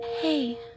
Hey